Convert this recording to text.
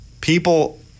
People